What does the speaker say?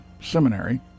seminary